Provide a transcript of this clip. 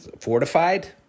fortified